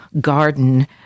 garden